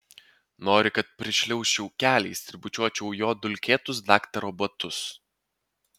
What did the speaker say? nori kad prišliaužčiau keliais ir bučiuočiau jo dulkėtus daktaro batus